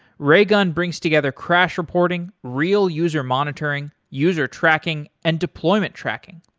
raygun brings together crash reporting, real user monitoring, user tracking and deployment tracking.